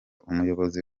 umuyobozi